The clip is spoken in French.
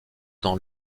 dans